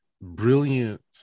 brilliant